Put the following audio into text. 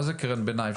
מה זה קרן ביניים,